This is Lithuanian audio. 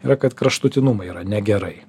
yra kad kraštutinumai yra negerai